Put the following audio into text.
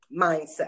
mindset